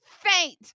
faint